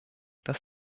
dass